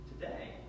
today